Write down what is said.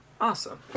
Awesome